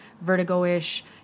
vertigo-ish